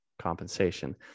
compensation